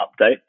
update